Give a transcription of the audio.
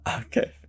Okay